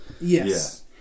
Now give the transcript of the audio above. Yes